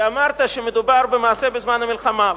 כי אמרת שמדובר במעשה בזמן מלחמה.